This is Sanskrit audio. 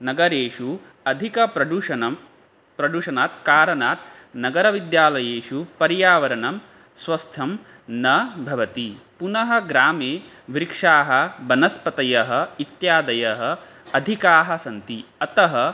नगरेषु अधिकं प्रदूषणं प्रदूषणात् कारणात् नगरविद्यालयेषु पर्यावरणं स्वस्थं न भवति पुनः ग्रामे वृक्षाः वनस्पतयः इत्यादयः अधिकाः सन्ति अतः